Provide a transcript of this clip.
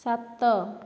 ସାତ